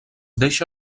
deixa